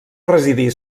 residí